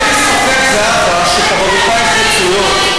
אין לי ספק, זהבה, שכוונותייך רצויות.